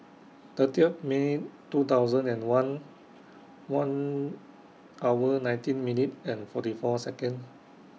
thirtieth May two thousand and one one hour nineteen minute and forty four Second